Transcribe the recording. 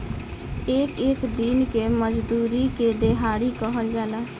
एक एक दिन के मजूरी के देहाड़ी कहल जाला